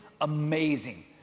amazing